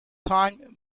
time